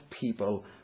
people